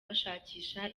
bashakisha